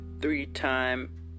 three-time